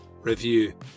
review